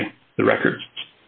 by the records